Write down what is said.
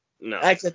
No